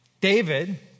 David